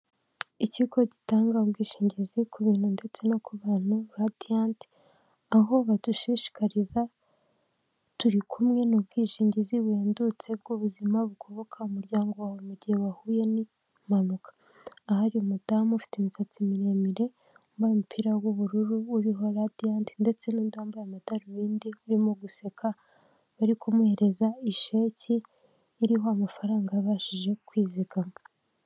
Ikigo gitanga ubwishingizi ku bintu ndetse no ku bantu Radiant, aho badushishikariza turi kumwe ni ubwishingizi buhendutse bw'ubuzima bugoboka umuryango wawe mu gihe wahuye n'impanuka, ahari umudamu ufite imisatsi miremire, wambaye umupira w'ubururu uriho Radiant ndetse n'undi wambaye amadarubindi urimo guseka, bari kumuhereza isheki iriho amafaranga yabashije kwizigama.